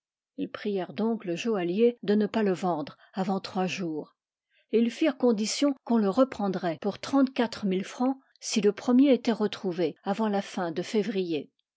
ils prièrent donc le joaillier de ne pas le vendre avant trois jours et ils firent condition qu'on le reprendrait pour trente-quatre mille francs si le premier était retrouvé avant la fin de février